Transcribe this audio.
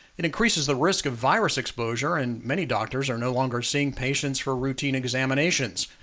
it increases the risk of virus exposure and many doctors are no longer seeing patients for routine examinations.